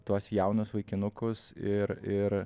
tuos jaunus vaikinukus ir ir